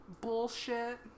bullshit